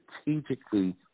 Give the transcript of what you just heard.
strategically